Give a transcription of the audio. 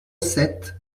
sept